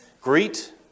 greet